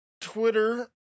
Twitter